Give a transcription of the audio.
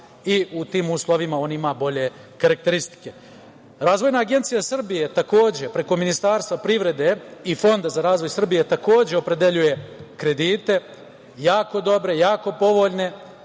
i u tim uslovima on ima bolje karakteristike. Razvojna agencija Srbije je takođe preko Ministarstva privrede i Fonda za razvoj privrede takođe opredeljuje kredite, jako dobre, jako povoljne,